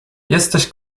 jesteś